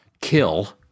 kill